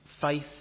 faith